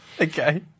okay